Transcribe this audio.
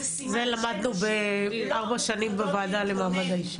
זה למדנו בארבע שנים לוועדה למעמד האישה.